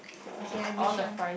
okay I Bishan